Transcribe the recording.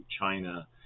China